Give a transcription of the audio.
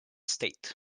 state